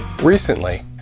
Recently